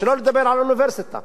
שלא לדבר על אוניברסיטה.